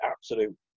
absolute